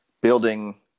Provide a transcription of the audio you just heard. building